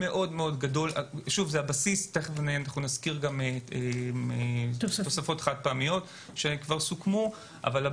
זה הבסיס ויש גם תוספות חד פעמיות שכבר סוכמו ונזכיר עוד מעט.